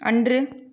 அன்று